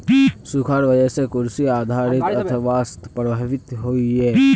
सुखार वजह से कृषि आधारित अर्थ्वैवास्था प्रभावित होइयेह